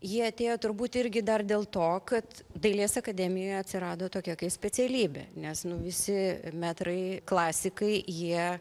ji atėjo turbūt irgi dar dėl to kad dailės akademijoje atsirado tokia kai specialybė nes nu visi metrai klasikai jie